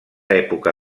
època